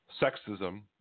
sexism